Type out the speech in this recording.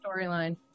storyline